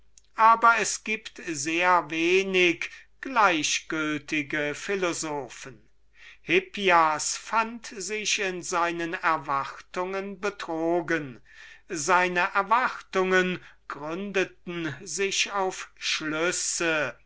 aber es gibt sehr wenig gleichgültige philosophen hippias fand sich in seinen erwartungen betrogen seine erwartungen gründeten sich auf schlüsse